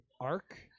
arc